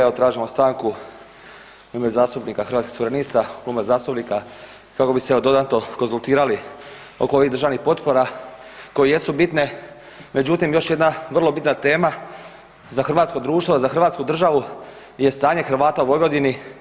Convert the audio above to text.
Evo tražimo stanku u ime zastupnika Hrvatskih suverenista, Kluba zastupnika, kako bi se evo dodatno konzultirali oko ovih državnih potpora koje jesu bitne, međutim još jedna vrlo bitna tema za hrvatsko društvo, za Hrvatsku državu je stanje Hrvata u Vojvodini.